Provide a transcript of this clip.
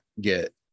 get